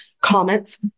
comments